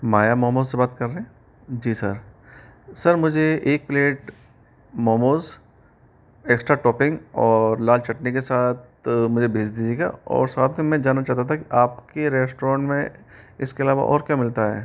माया मोमोज़ से बात कर रहें जी सर सर मुझे एक प्लेट मोमोज़ एक्स्ट्रा टौपिंग और लाल चटनी के साथ मुझे भेज दीजिएगा और साथ में मैं जानना चाहता था कि आपके रेस्ट्रॉन्ट में इसके अलावा और क्या मिलता है